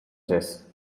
this